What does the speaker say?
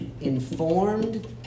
Informed